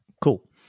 cool